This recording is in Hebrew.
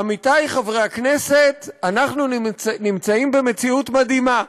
עמיתי חברי הכנסת, אנחנו נמצאים במציאות מדהימה: